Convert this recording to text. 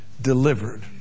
delivered